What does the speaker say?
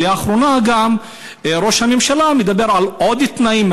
ולאחרונה גם ראש הממשלה מדבר על עוד תנאים,